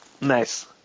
Nice